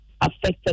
affected